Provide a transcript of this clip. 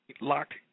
locked